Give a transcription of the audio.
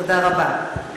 תודה רבה.